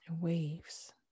waves